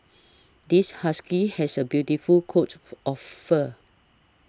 this husky has a beautiful coat for of fur